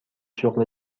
شغل